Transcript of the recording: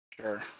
Sure